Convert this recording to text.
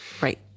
Right